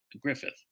Griffith